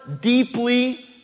deeply